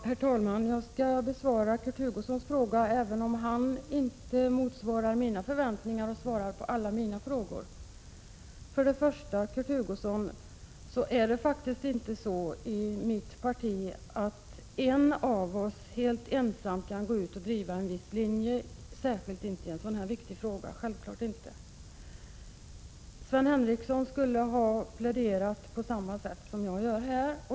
Herr talman! Jag skall besvara Kurt Hugossons fråga, även om han inte motsvarar mina förväntningar och svarar på alla mina frågor. Först och främst, Kurt Hugosson, är det faktiskt inte så i mitt parti att en av oss helt ensam kan gå ut och driva en viss linje, särskilt inte i en sådan här viktig fråga. Sven Henricsson skulle ha pläderat på samma sätt som jag gör här.